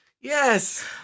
Yes